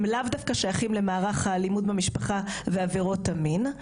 הם לאו דווקא שייכים למערך האלימות במשפחה ועבירות המין.